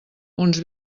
uns